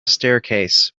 staircase